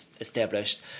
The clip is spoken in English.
established